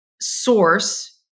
source